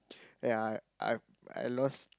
ya I I I lost